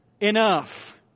enough